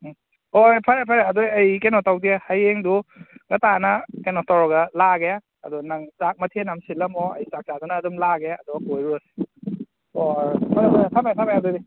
ꯎꯝ ꯍꯣꯏ ꯐꯔꯦ ꯐꯔꯦ ꯑꯗꯨꯗꯤ ꯑꯩ ꯀꯩꯅꯣ ꯇꯧꯗꯦ ꯍꯌꯦꯡꯗꯨ ꯉꯟꯇꯥꯅ ꯀꯩꯅꯣ ꯇꯧꯔꯒ ꯂꯥꯛꯑꯒꯦ ꯑꯗꯣ ꯅꯪ ꯆꯥꯛ ꯃꯊꯦꯜ ꯑꯃ ꯁꯤꯜꯂꯝꯃꯣ ꯑꯩ ꯆꯥꯛ ꯆꯥꯗꯅ ꯑꯗꯨꯝ ꯂꯥꯛꯑꯒꯦ ꯑꯗꯨꯒ ꯀꯣꯏꯔꯨꯔꯁꯤ ꯍꯣꯏ ꯍꯣꯏ ꯐꯔꯦ ꯐꯔꯦ ꯊꯝꯃꯦ ꯊꯝꯃꯦ ꯑꯗꯨꯗꯤ